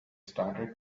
started